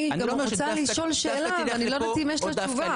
אני רוצה לשאול שאלה אבל אני לא יודעת אם יש לה תשובה.